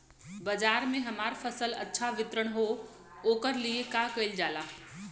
बाजार में हमार फसल अच्छा वितरण हो ओकर लिए का कइलजाला?